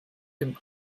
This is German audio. dem